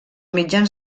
mitjans